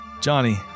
johnny